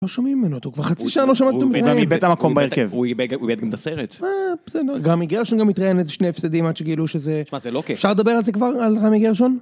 לא שומעים ממנו, אותו, כבר חצי שנה לא שמעתם... -הוא איבד את המקום בהרכב. -הוא איבד גם את הסרט. -מה, בסדר, גם מגרשון גם התראיין על איזה שני הפסדים עד שגילו שזה... -שמע, זה לא כייף. -אפשר לדבר על זה כבר, על רמי גרשון?